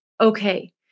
okay